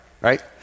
right